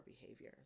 behavior